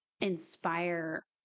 inspire